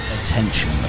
Attention